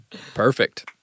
perfect